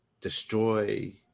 destroy